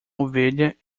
ovelha